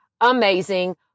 amazing